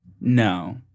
No